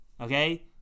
Okay